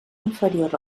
inferior